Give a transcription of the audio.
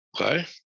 Okay